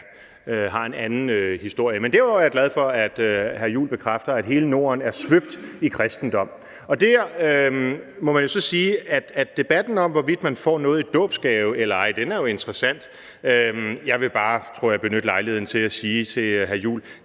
har en anden historie. Men derudover er jeg glad for, at hr. Christian Juhl bekræfter, at hele Norden er svøbt i kristendom. Der må man så sige, at debatten om, hvorvidt man får noget i dåbsgave eller ej, jo er interessant. Jeg vil bare, tror jeg, benytte lejligheden til at sige til hr.